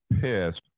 pissed